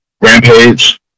rampage